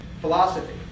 philosophy